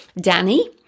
Danny